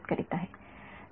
विद्यार्थी बरोबर